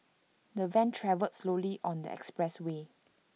the van travelled slowly on the expressway